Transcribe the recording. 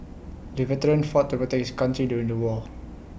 the veteran fought to protect his country during the war